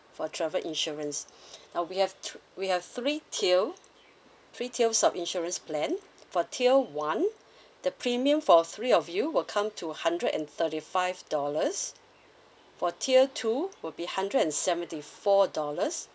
for travel insurance uh we have th~ we have three tier three tiers of insurance plan for tier one the premium for three of you will come to hundred and thirty five dollars for tier two would be hundred and seventy four dollars